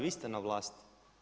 Vi ste na vlasti.